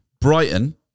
Brighton